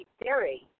theory